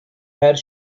her